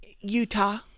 Utah